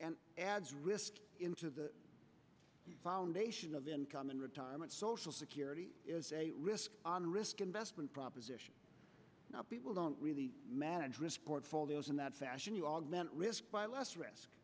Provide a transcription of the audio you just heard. and adds risk into the foundation of income in retirement social security is a risk on risk investment proposition now people don't really manage risk portfolios in that fashion you augment risk by less risk